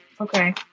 Okay